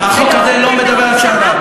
החוק הזה לא מדבר על שר"פ.